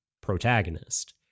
protagonist